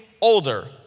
older